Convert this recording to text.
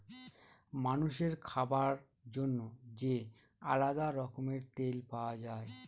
মানুষের খাবার জন্য যে আলাদা রকমের তেল পাওয়া যায়